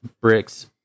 Bricks